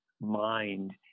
mind